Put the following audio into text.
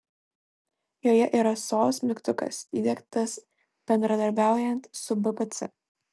joje yra sos mygtukas įdiegtas bendradarbiaujant su bpc